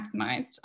maximized